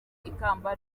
ikamba